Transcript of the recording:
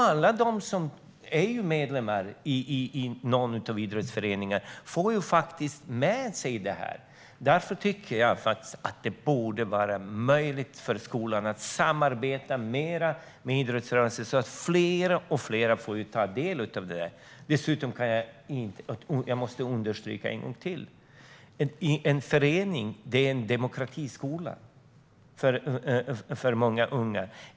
Alla som är medlem i en idrottsförening får med sig detta, och därför tycker jag att det borde vara möjligt för skolan att samarbeta mer med idrottsrörelsen så att fler får ta del av detta. Jag måste åter understryka att en förening är en demokratiskola för många unga.